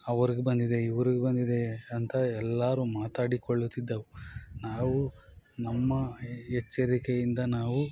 ಅವ್ರಿಗೆ ಬಂದಿದೆ ಇವ್ರಿಗೆ ಬಂದಿದೆ ಅಂತ ಎಲ್ಲರೂ ಮಾತಾಡಿಕೊಳ್ಳುತ್ತಿದ್ದವು ನಾವು ನಮ್ಮ ಎಚ್ಚರಿಕೆಯಿಂದ ನಾವು